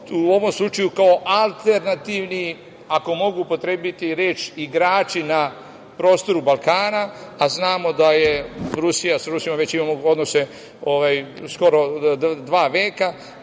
u ovom slučaju kao alternativni, ako mogu upotrebiti reč „igrači“ na prostoru Balkana, a znamo da sa Rusijom već imamo odnose skoro dva veka,